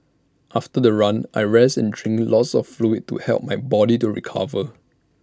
after the run I rest and drink lots of fluid to help my body to recover